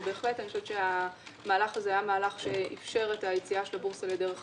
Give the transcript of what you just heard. בהחלט אני חושבת שהמהלך הזה אִפשר את היציאה של הבורסה לדרך חדשה.